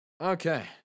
Okay